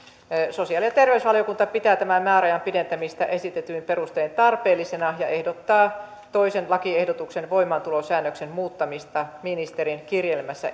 sosiaali ja terveysvaliokunta pitää tämän määräajan pidentämistä esitetyin perustein tarpeellisena ja ehdottaa toisen lakiehdotuksen voimaantulosäännöksen muuttamista ministerin kirjelmässä